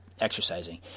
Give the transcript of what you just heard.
exercising